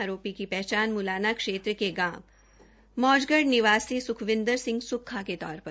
आरोपी की पहचान मुलाना क्षेत्र के गांव मौजगढ़ निवासी स्खविन्दर सिंह सुक्खा के तौर पर हई है